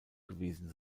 gewesen